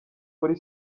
muri